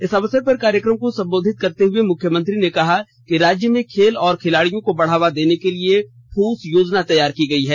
इस अवसर पर कार्यक्रम को सम्बोधित करते हुए मुख्यमंत्री ने कहा कि राज्य में खेल और खिलाड़ियों को बढ़ावा देने के लिए ठोस योजना तैयार की गईे है